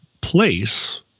place